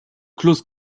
close